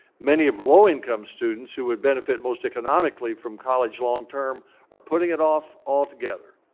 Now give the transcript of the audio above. many of low income students who would benefit most economically from college longterm are putting it off altogether.